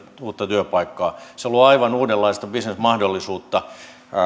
uutta työpaikkaa se luo aivan uudenlaista bisnesmahdollisuutta